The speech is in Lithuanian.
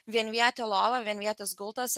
vienvietė lova vienvietis gultas